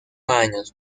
años